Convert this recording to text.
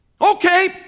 Okay